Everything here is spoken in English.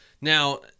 now